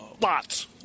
Lots